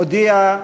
הוא הודיע,